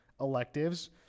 electives